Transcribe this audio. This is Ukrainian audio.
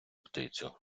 птицю